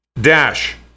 dash